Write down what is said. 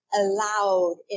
allowed